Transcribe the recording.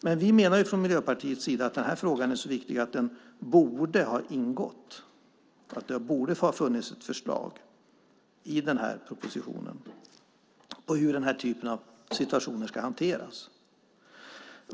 Men vi menar från Miljöpartiets sida att den här frågan är så viktig att det borde ha funnits ett förslag i den här propositionen på hur den här typen av situationer ska hanteras.